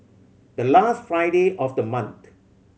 the last Friday of the month